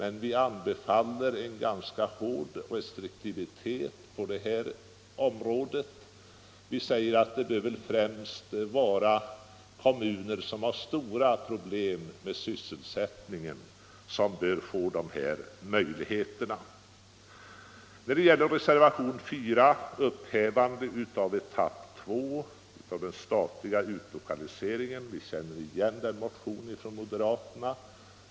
En viss restriktivitet bör iakttagas på det området. Vi anser att det främst bör vara kommuner som har stora problem med sysselsättningen som bör få dessa möjligheter. I reservationen 5 om upphävande av beslutet om andra etappen av den statliga utlokaliseringen känner vi igen motionen från moderaterna.